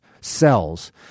cells